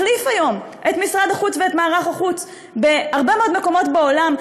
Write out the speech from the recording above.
מחליף היום את משרד החוץ ואת מערך החוץ בהרבה מאוד מקומות בעולם,